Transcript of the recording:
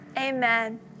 amen